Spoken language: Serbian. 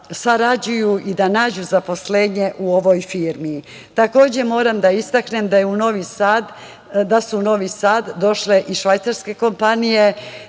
i da nađu zaposlenje u ovoj firmi. Takođe, moram da istaknem da su u Novi Sad došle i švajcarske kompanije,